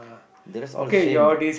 the rest all same